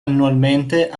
annualmente